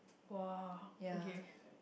[wah] okay